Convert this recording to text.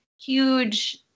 huge